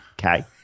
Okay